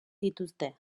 dituzte